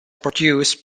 produced